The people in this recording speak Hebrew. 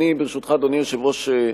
אדוני היושב-ראש,